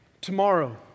Tomorrow